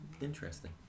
Interesting